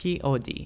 POD